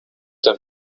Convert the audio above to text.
dein